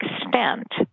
extent